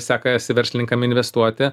sekasi verslininkam investuoti